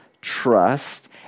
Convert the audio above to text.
trust